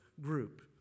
group